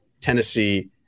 Tennessee